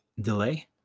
delay